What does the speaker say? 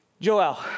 Joel